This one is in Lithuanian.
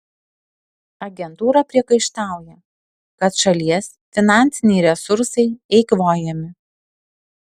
agentūra priekaištauja kad šalies finansiniai resursai eikvojami